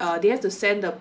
uh they have to send the